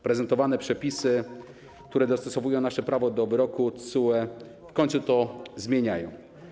Prezentowane przepisy, które dostosowują nasze prawo do wyroku TSUE, w końcu to zmieniają.